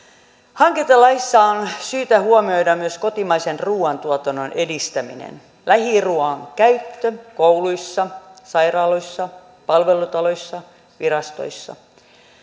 hankintalaissa on syytä huomioida myös kotimaisen ruuantuotannon edistäminen lähiruuan käyttö kouluissa sairaaloissa palvelutaloissa virastoissa